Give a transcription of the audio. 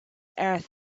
earth